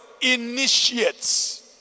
initiates